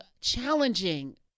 challenging